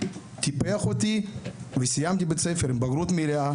טיפח אותי וסיימתי בית ספר עם בגרות מלאה,